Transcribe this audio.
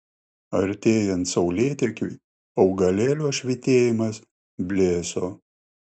artėjant saulėtekiui augalėlio švytėjimas blėso